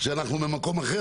שאנחנו במקום אחר.